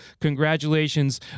congratulations